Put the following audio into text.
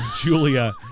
Julia